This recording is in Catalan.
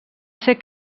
ser